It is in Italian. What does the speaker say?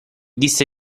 disse